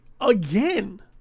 again